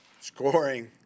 scoring